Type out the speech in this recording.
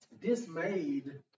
dismayed